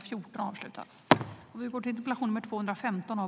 Fru talman!